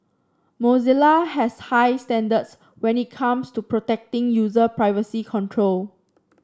Mozilla has high standards when it comes to protecting user privacy control